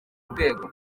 urwego